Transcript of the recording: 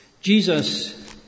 Jesus